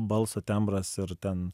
balso tembras ir ten